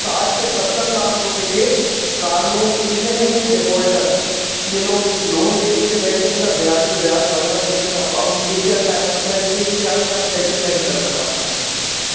साठ से सत्तर लाख रुपए के कार लोन्ज़ ऐसे हैं ये डिफ़ॉल्टर हैं ये लोग लोन ले लेके बैठे हैं सर ब्याज पे ब्याज बढ़ रहा है लेकिन अब हम ऐसा टाइम मतलब इस स्टेज पे आ गए हैं हम सेटलमेंट करना पड़ रहा है इन लोगों से